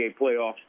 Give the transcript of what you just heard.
playoffs